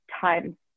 time